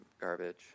garbage